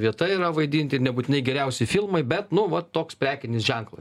vieta yra vaidinti ir nebūtinai geriausi filmai bet nu va toks prekinis ženklas